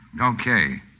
Okay